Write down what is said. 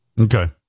Okay